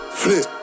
flip